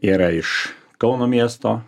yra iš kauno miesto